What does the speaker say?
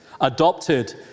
adopted